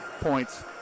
points